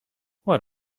what